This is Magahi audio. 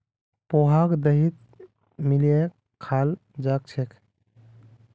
पोहाक दहीत मिलइ खाल जा छेक